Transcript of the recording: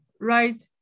right